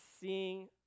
seeing